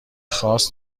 خاص